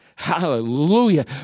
Hallelujah